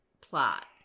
plot